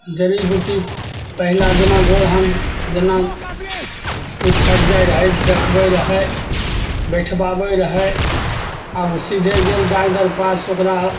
जड़ी बूटी पहिला जेना गोड़ हाथ जेना टुटि फाटि जाइ रहै देखबै रहै बैठबाबै रहै आब सीधे गेल डाकटर पास ओकरा